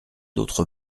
d’autre